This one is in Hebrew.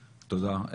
תודה.